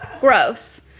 Gross